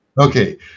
Okay